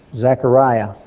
Zechariah